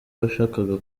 bashakaga